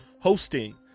hosting